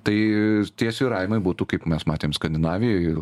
tai tie svyravimai būtų kaip mes matėm skandinavijoj